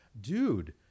dude